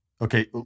okay